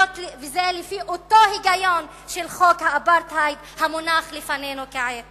זה לפי אותו היגיון של חוק האפרטהייד המונח לפנינו כעת